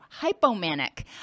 hypomanic